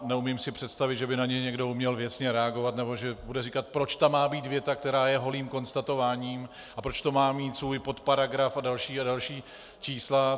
Neumím si představit, že by na ně uměl někdo věcně reagovat nebo že bude říkat, proč tam má být věta, která je holým konstatováním, a proč to má mít svůj podparagraf a další a další čísla.